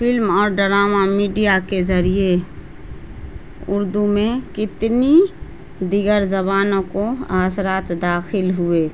film اور drama media کے ذریعے اردو میں کتنی دیگر زبانوں کو اثرات داخل ہوئے